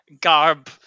garb